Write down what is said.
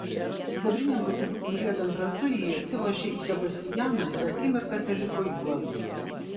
sidabriniam rutuliukui riedant ratu ji atsilošė į sebastianą ir akimirką teliko juodu